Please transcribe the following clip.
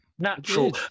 natural